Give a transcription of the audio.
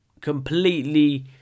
completely